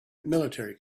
military